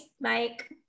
Mike